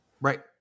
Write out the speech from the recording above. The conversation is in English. right